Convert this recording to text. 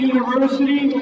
University